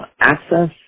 access